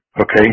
Okay